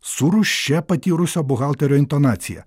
su rūsčia patyrusio buhalterio intonacija